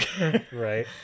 Right